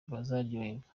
bazaryoherwa